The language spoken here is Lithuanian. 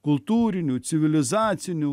kultūriniu civilizaciniu